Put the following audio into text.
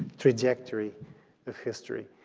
trajectory of history.